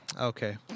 Okay